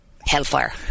hellfire